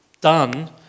done